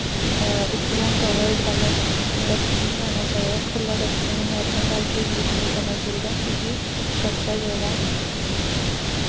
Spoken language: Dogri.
उप्परां कबर्ड वाला डस्टबिन लाना चाहिदा खुल्ला डस्टबिन असें गी अपने घर च यूज नेईं करना चाहिदा क्यूंकि कचरा जेह्ड़ा ऐ